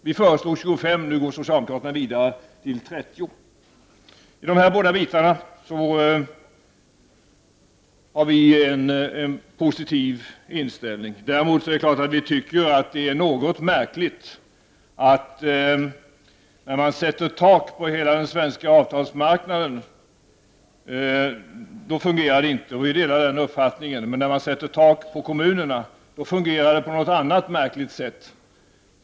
Vi föreslog 25 96, nu går socialdemokraterna vidare till 30. När det gäller dessa båda bitar har vi en positiv inställning. Däremot tycker vi att det är märkligt att när man sätter tak på hela den svenska avtalsmarknaden så fungerar det inte — vi delar den uppfattningen — men när man sätter tak på kommunerna så fungerar det på något annat sätt.